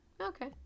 Okay